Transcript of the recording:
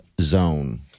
zone